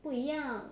不一样